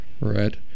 right